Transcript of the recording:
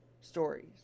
stories